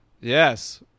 Yes